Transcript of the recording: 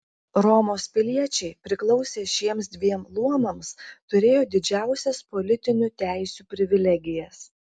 romos piliečiai priklausę šiems dviem luomams turėjo didžiausias politiniu teisių privilegijas